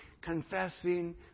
confessing